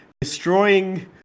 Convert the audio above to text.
destroying